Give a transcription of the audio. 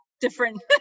different